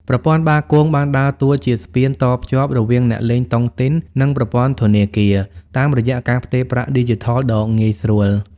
ប្រព័ន្ធបាគង បានដើរតួជាស្ពានតភ្ជាប់រវាងអ្នកលេងតុងទីន និងប្រព័ន្ធធនាគារ តាមរយៈការផ្ទេរប្រាក់ឌីជីថលដ៏ងាយស្រួល។